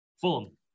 Fulham